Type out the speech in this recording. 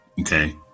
Okay